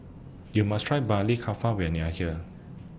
YOU must Try Maili Kofta when YOU Are here